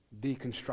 deconstruct